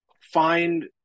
find